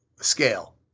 scale